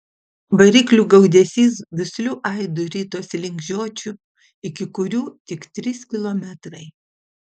variklių gaudesys dusliu aidu ritosi link žiočių iki kurių tik trys kilometrai